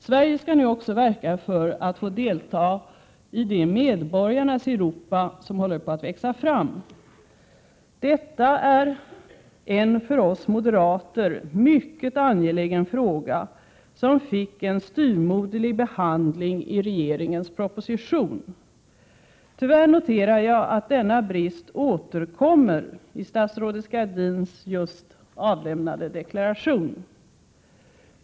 Sverige skall nu också verka för att få del i det ”medborgarnas Europa” som håller på att växa fram. Detta är en för oss moderater mycket angelägen fråga, som fick en styvmoderlig behandling i regeringens proposition. Tyvärr noterar jag att denna brist återkommer i statsrådet Gradins just avlämnade deklaration.